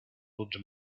would